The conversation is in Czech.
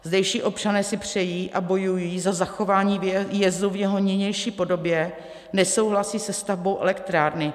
Zdejší občané si přejí a bojují za zachování jezu v jeho nynější podobě, nesouhlasí se stavbou elektrárny.